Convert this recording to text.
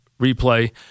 Replay